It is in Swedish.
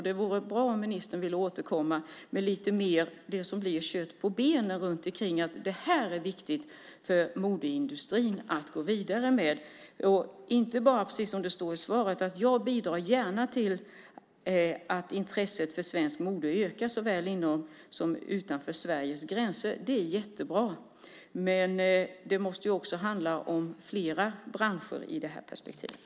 Det vore bra om ministern ville återkomma med lite kött på benen när det gäller att det är viktigt för modeindustrin att gå vidare med det här. Det står i svaret: Jag bidrar gärna till att intresset för svenskt mode ökar såväl inom som utanför Sveriges gränser. Det är jättebra, men det måste också handla om flera branscher i det här perspektivet.